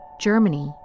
Germany